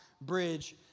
bridge